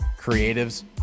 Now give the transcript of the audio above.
creatives